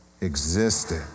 existed